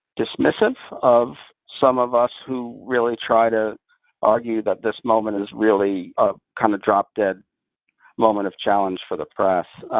dismissive of some of us who really try to argue that this moment is really a kind of drop-dead moment of challenge for the press.